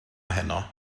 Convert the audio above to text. heno